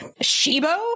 Shibo